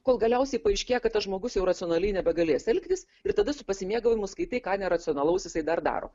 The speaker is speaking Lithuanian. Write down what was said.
kol galiausiai paaiškėja kad tas žmogus jau racionaliai nebegalės elgtis ir tada su pasimėgavimu skaitai ką neracionalaus jisai dar daro